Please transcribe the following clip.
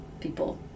people